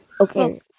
Okay